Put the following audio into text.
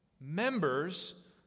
Members